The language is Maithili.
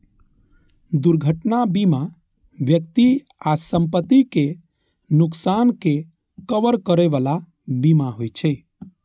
दुर्घटना बीमा व्यक्ति आ संपत्तिक नुकसानक के कवर करै बला बीमा होइ छे